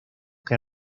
que